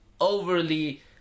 overly